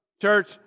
church